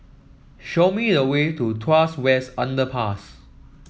show me the way to Tuas West Underpass